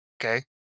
Okay